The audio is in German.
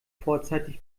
vorzeitig